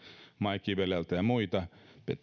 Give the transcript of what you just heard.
mai kivelältä pirkka